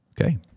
Okay